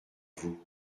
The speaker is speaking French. vous